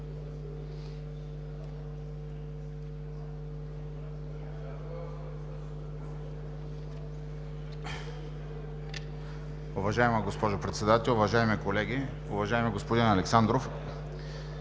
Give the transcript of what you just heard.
Уважаема госпожо Председател, уважаеми колеги, уважаеми господин Министър!